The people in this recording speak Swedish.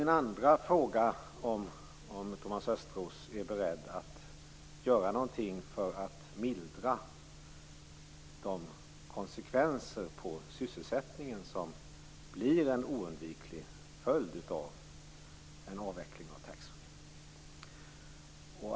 Min andra fråga gäller om Thomas Östros är beredd att göra någonting för att mildra de konsekvenser på sysselsättningen som blir en oundviklig följd av en avveckling av taxfree.